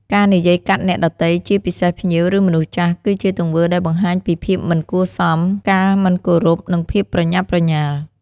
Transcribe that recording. ការនិយាយកាត់អ្នកដទៃ ជាពិសេសភ្ញៀវ ឬមនុស្សចាស់ គឺជាទង្វើដែលបង្ហាញពី ភាពមិនគួរសម ការមិនគោរព និងភាពប្រញាប់ប្រញាល់។